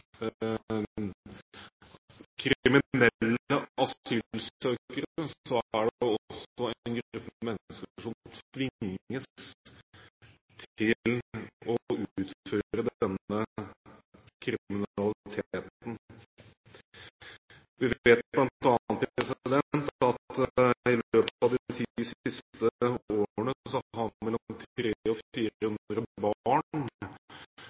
er det også en gruppe mennesker som tvinges til å utføre denne kriminaliteten. Vi vet bl.a. at i løpet av de ti siste årene har mellom 300 og